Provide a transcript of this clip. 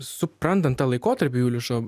suprantant tą laikotarpį juliušo